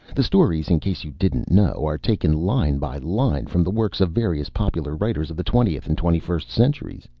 the stories, in case you didn't know, are taken line by line from the works of various popular writers of the twentieth and twenty-first centuries.